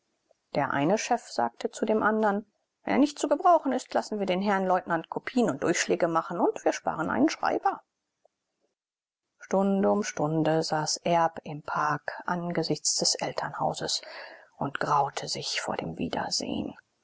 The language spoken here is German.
der eine chef sagte zu dem andem wenn er nicht zu gebrauchen ist lassen wir den herrn leutnant kopien und durchschläge machen und wir sparen einen schreiber stunde um stunde saß erb im park angesichts des elternhauses und graute sich vor dem wiedersehen